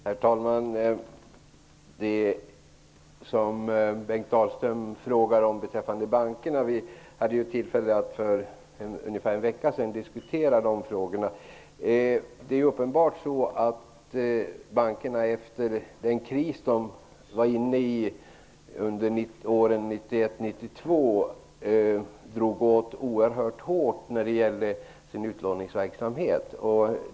Herr talman! Bengt Dalström ställde en fråga angående bankerna. För ungefär en vecka sedan hade vi tillfälle att diskutera de frågorna. Efter den kris bankerna befann sig i åren 1991 och 1992 drog de uppenbarligen åt oerhört hårt när det gällde utlåningsverksamheten.